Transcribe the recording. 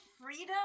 freedom